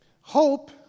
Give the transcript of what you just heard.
Hope